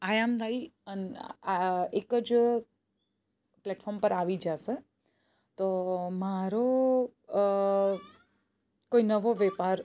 આયામદાઈ અન આ એક જ પ્લેટફોર્મ પર આવી જશે તો મારો કોઈ નવો વેપાર